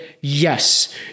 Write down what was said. yes